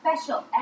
special